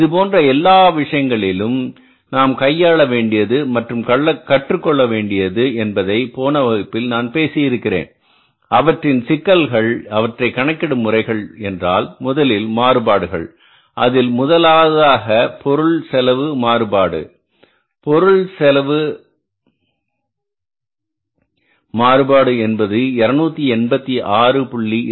இதுபோன்ற எல்லா விஷயங்களிலும் நாம் கையாள வேண்டியது மற்றும் கற்றுக்கொள்ள வேண்டியது என்பதை போன வகுப்பில் நான் பேசியிருக்கிறேன் அவற்றின் சிக்கல்கள் அவற்றை கணக்கிடும் முறைகள் என்றால் முதலில் மாறுபாடுகள் அதில் முதலாவதாக பொருள் செலவு மாறுபாடு பொருள் செலவு மாறுபாடு என்பது 286